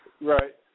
right